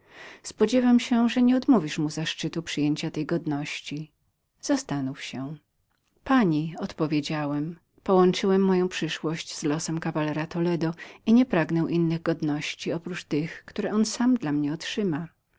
spodziewam się że nieodmówisz mu zaszczytu przyjęcia tej godności zastanów się pani odpowiedziałem połączyłem moją przyszłość z losem kawalera toledo i nie pragnę innych godności jak tych tylko które on sam dla mnie otrzyma